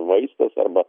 vaistas arba